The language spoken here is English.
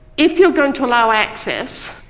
if you are going to allow access,